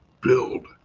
build